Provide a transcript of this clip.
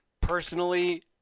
personally